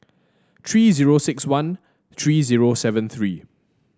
tree zero six one tree zero seven three